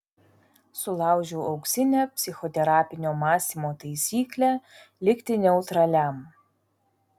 sulaužiau auksinę psichoterapinio mąstymo taisyklę likti neutraliam